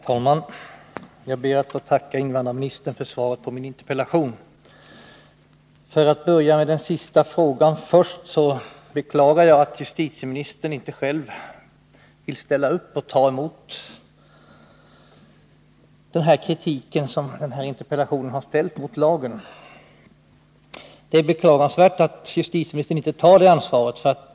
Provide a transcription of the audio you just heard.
Herr talman! Jag ber att få tacka invandrarministern för svaret på min interpellation. För att ta den sista frågan först beklagar jag att justitieministern inte själv vill ställa upp och ta emot den kritik mot lagen som den här interpellationen innebär. Det är beklagansvärt att justitieministern inte tar det ansvaret.